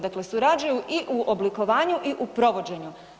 Dakle, surađuju i u oblikovanju i u provođenju.